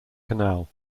canal